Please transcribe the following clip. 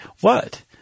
What